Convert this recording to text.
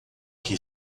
que